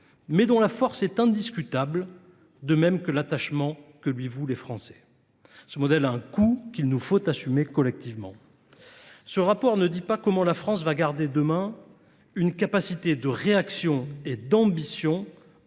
mais dont la force est indiscutable, de même que l'attachement que voulent les Français. Ce modèle a un coût qu'il nous faut assumer collectivement. Ce rapport ne dit pas comment la France va garder demain une capacité de réaction et d'ambition.